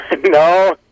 no